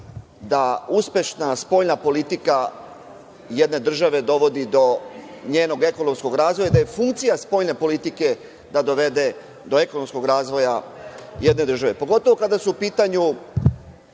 da uspešna spoljna politika jedne države dovodi do njenog ekonomskog razvoja, da je funkcija spoljne politike da dovede do ekonomskog razvoja jedne države, pogotovo kada su u pitanju